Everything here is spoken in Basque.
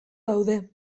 daude